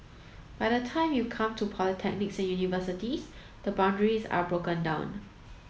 but by the time you come to polytechnics and universities the boundaries are broken down